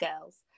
Girls